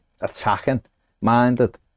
attacking-minded